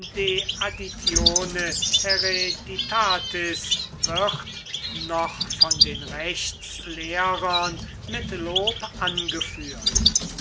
hereditatis wird noch von den rechtslehrern mit lob angeführt